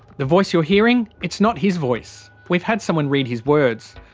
the voice you're hearing? it's not his voice. we've had someone read his words.